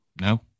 no